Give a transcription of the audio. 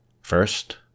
First